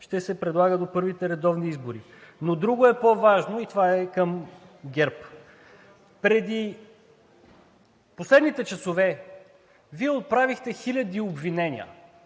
ще се прилага до първите редовни избори. Но друго е по-важно – това е и към ГЕРБ. В последните часове Вие отправихте хиляди обвинения